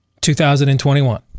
2021